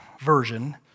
version